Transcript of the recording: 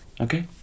Okay